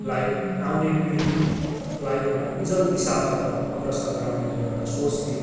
लाई आउने पीडि लाई एउटा उज्ज्वल दिशातर्फ अग्रसर गराउने मेरो एउटा सोच थियो